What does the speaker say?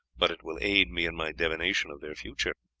but it will aid me in my divination of their future.